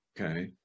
Okay